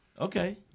Okay